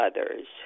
others